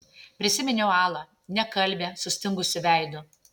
prisiminiau alą nekalbią sustingusiu veidu